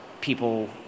people